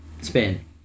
spin